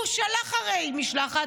הוא שלח הרי משלחת,